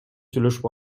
сүйлөшүп